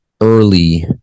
early